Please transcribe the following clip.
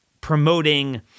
promoting